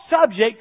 subject